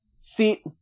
See